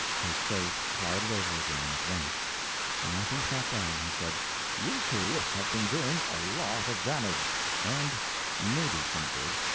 his face clouded over again at once and as he sat down he said you too have been doing a lot of damage and maybe some good.